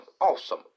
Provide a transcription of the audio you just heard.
awesome